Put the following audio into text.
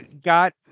got